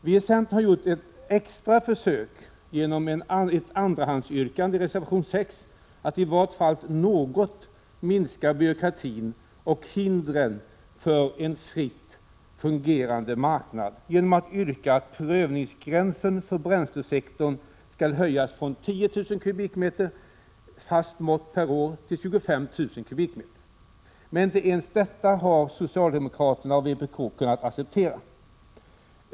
Vi i centern har gjort ett extra försök att i varje fall något minska byråkratin och hindren för en fritt fungerande marknad. I reservation 6 yrkar vi i andra hand att prövningsgränsen för bränslesektorn skall höjas med 10 000 m? fast mått per år till 25 000 m?. Men inte ens detta har socialdemokraterna och vpk kunnat acceptera.